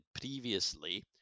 previously